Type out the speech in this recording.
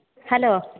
hello